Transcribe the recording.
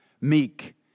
meek